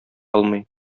алмый